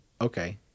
okay